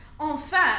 Enfin